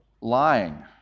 Lying